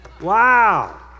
Wow